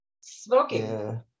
Smoking